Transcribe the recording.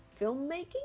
Filmmaking